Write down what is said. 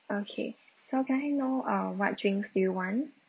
okay so can I know uh what drinks do you want